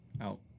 Out